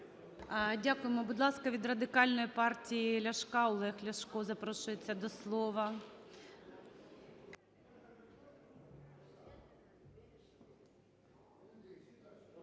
Дякуємо. Будь ласка, від Радикальної партії Ляшка Олег Ляшко запрошується до слова.